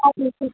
अधु लिखी